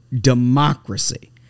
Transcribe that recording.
democracy